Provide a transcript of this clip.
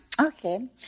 Okay